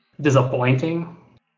Disappointing